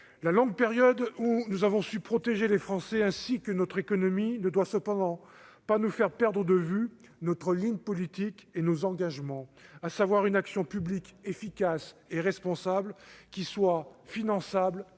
La longue période durant laquelle nous avons su protéger les Français ainsi que notre économie ne doit cependant pas nous faire perdre de vue notre ligne politique et nos engagements : une action publique efficace et responsable, finançable et